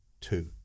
two